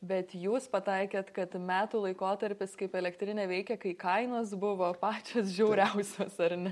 bet jūs pataikėt kad metų laikotarpis kaip elektrinė veikia kai kainos buvo pačios žiauriausios ar ne